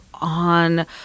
on